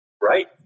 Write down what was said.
Right